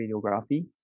radiography